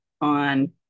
on